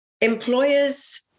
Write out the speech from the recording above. employers